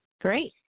Great